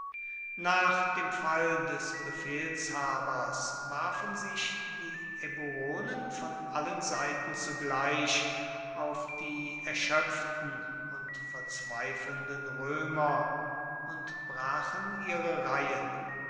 nach dem fall des befehlshabers warfen sich die eburonen von allen seiten zugleich auf die erschöpften und verzweifelnden römer und brachen ihre reihen